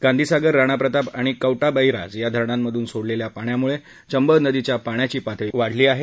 गांधीसागर राणाप्रताप आणि कोटाबैराज या धरणांमधून सोडलेल्या पाण्यामुळे चंबळ नदीच्या पाण्याची पातळी वाढत आहे